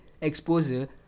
exposure